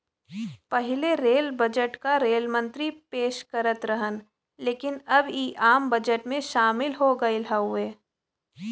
पहिले rail budget क rail मंत्री पेश करत रहन लेकिन अब इ आम बजट में शामिल हो गयल हउवे